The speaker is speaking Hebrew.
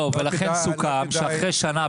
לכן סוכם שאחרי שנה,